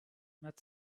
met